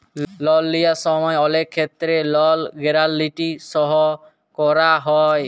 লল লিয়ার সময় অলেক ক্ষেত্রে লল গ্যারাল্টি সই ক্যরা হ্যয়